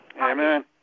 Amen